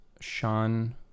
Sean